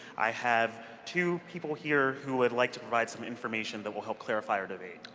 i have two people here who would like to provide some information that will help clarify our debate